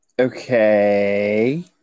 Okay